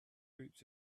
groups